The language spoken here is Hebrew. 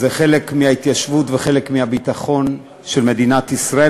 חלק מההתיישבות וחלק מהביטחון של מדינת ישראל,